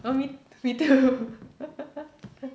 oh me me too